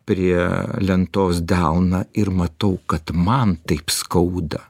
prie lentos delną ir matau kad man taip skauda